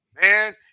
man